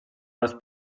raz